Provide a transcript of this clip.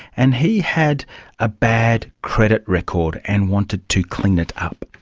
and he had a bad credit record and wanted to clean it up.